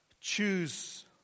choose